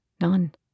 None